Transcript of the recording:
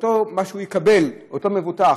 מה שיקבל אותו מבוטח,